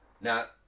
Now